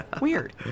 Weird